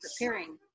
preparing